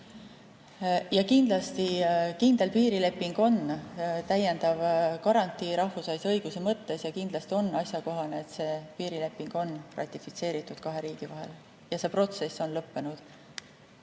Kindlasti on kindel piirileping täiendav garantii rahvusvahelise õiguse mõttes ning on asjakohane, et see piirileping on ratifitseeritud kahe riigi vahel ja see protsess on lõppenud.